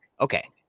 Okay